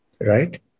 right